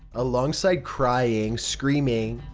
alongside crying, screaming,